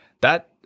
That-